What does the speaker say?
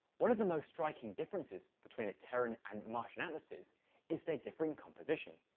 one of the most striking differences between the terran and martian atmospheres is their differing composition.